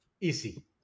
Easy